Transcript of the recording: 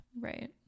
right